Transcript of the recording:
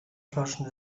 flaschen